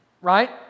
right